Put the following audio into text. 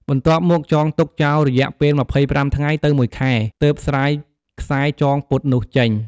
បន្ទាប់មកចងទុកចោលរយៈពេល ២៥ ថ្ងៃទៅមួយខែ ទើបស្រាយខ្សែចងពត់នោះចេញ ។